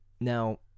Now